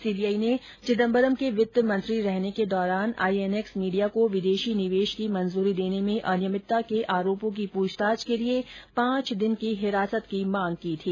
CBI ने चिदम्बरम के वित्त मंत्री रहने के दौरान आईएनएक्स मीडिया को विदेशी निवेश की मंजूरी देने में अनियमितता के आरोपों की पूछताछ के लिए पांच दिन की हिरासत की मांग की थी